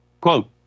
Quote